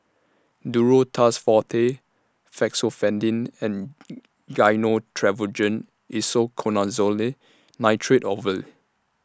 Duro Tuss Forte Fexofenadine and Gyno Travogen Isoconazole Nitrate Ovule